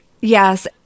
Yes